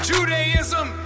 Judaism